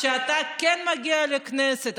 שאתה כן מגיע לכנסת,